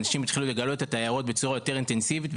אנשים התחילו לגלות את היערות בצורה יותר אינטנסיבית,